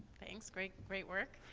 thanks. great, great work.